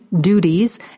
duties